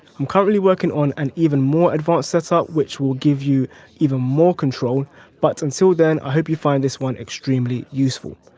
i'm currently working on an even more advanced setup which will give you even more control but until and so then i hope you find this one extremely useful.